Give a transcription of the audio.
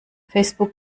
facebook